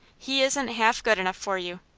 he isn't half good enough for you.